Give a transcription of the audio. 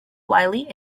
wiley